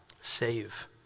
save